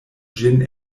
ĝin